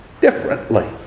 differently